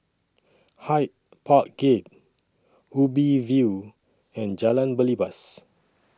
Hyde Park Gate Ubi View and Jalan Belibas